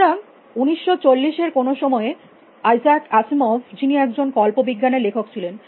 সুতরাং 1940 এর কোনো সময়ে আইজাক আইসিমভ যিনি একজন কল্প বিজ্ঞানের লেখক ছিলেন